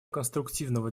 конструктивного